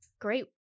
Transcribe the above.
great